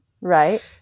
right